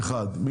אחד בעד.